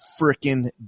freaking